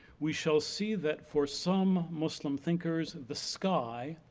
we shall see that for some muslim thinkers, the sky,